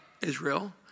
Israel